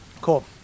Cool